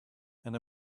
and